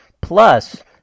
Plus